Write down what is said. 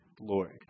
Lord